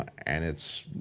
and it's,